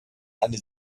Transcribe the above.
eine